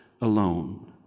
alone